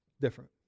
different